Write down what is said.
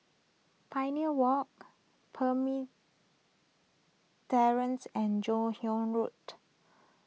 Pioneer Walk Terrace and Joon Hiang Road